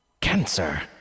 Cancer